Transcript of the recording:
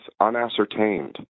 unascertained